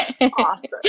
Awesome